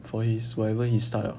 for his wherever he start up